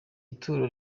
ituro